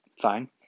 fine